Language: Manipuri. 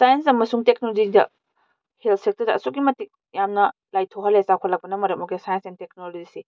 ꯁꯥꯏꯟꯁ ꯑꯃꯁꯨꯡ ꯇꯦꯛꯅꯣꯂꯣꯖꯤꯗ ꯍꯦꯜꯠ ꯁꯦꯛꯇꯔꯗ ꯑꯁꯨꯛꯀꯤ ꯃꯇꯤꯛ ꯌꯥꯝꯅ ꯂꯥꯏꯊꯣꯛꯍꯜꯂꯦ ꯆꯥꯎꯈꯠꯂꯛꯄꯅ ꯃꯔꯝ ꯑꯣꯏꯔꯒ ꯁꯥꯏꯟꯁ ꯑꯦꯟ ꯇꯦꯛꯅꯣꯂꯣꯖꯤꯁꯤ